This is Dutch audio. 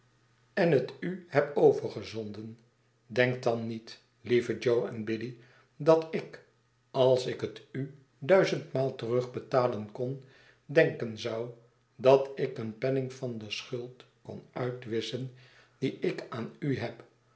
en het u heb overgezonden denkt dan niet lieve jo en biddy dat ik als ikhetuduizendmaalterugbetalenkon denken zou dat ik een penning van de schuld kon uitwisschen die ik aan u heb